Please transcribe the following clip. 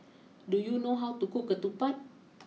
do you know how to cook Ketupat